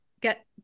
get